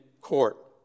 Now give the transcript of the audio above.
court